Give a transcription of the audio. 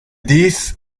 this